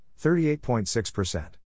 38.6%